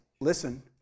listen